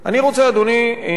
אדוני השר,